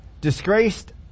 disgraced